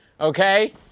okay